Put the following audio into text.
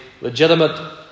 legitimate